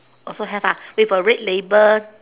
also have ah with a red label